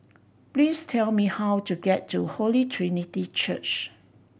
please tell me how to get to Holy Trinity Church